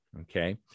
Okay